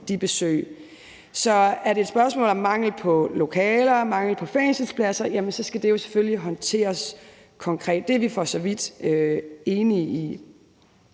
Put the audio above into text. de besøg. Så er det et spørgsmål om mangel på lokaler eller mangel på fængselspladser, skal det selvfølgelig håndteres konkret. Det er vi for så vidt enige i.